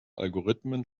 algorithmen